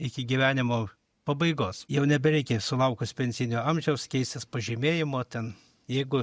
iki gyvenimo pabaigos jau nebereikės sulaukus pensijinio amžiaus keistis pažymėjimo ten jeigu